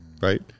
right